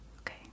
Okay